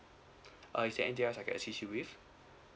uh is there anything else I can assist you with